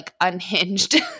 unhinged